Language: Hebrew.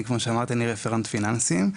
כמו שאמרתי, אני רפרנט פיננסים.